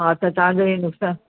हा त तव्हांजो ई नुकसान